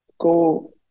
go